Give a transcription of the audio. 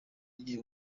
ngiye